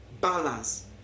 Balance